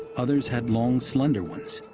others had long slender ones.